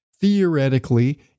Theoretically